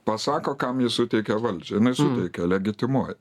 pasako kam ji suteikia valdžią jinai suteikia legitimuoja